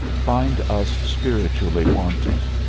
find us spiritually wanting.